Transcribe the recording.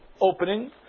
opening